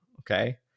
Okay